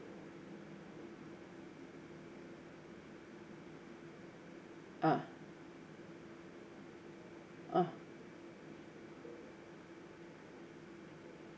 ah ah